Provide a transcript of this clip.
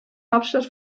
hauptstadt